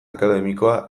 akademikoa